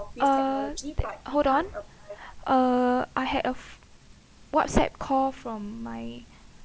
uh hold on uh I had a whatsapp call from my